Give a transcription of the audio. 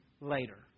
later